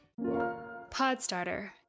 Podstarter